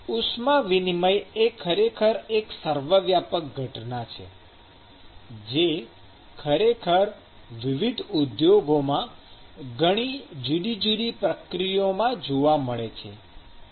ઉષ્મા વિનિમયએ ખરેખર એક સર્વવ્યાપક ઘટના છે જે ખરેખર વિવિધ ઉદ્યોગોમાં ઘણી જુદી જુદી પ્રક્રિયાઓમાં જોવા મળે છે